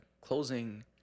closing